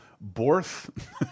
Borth